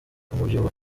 umubyibuho